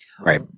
Right